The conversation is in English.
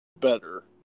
better